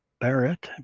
Barrett